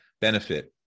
benefit